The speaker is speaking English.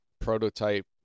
prototype